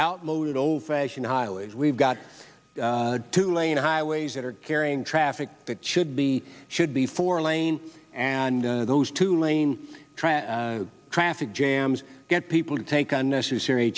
outmoded old fashioned highways we've got two lane highways that are carrying traffic that should be should be four lane and those two lane traffic jams get people to take unnecessary